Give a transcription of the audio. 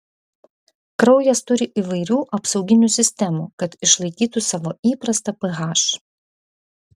kraujas turi įvairių apsauginių sistemų kad išlaikytų savo įprastą ph